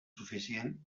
suficient